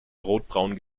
rotbraun